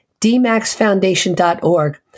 dmaxfoundation.org